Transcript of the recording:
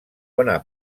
bona